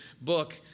book